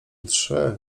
trzy